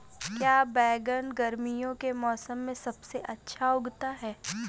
क्या बैगन गर्मियों के मौसम में सबसे अच्छा उगता है?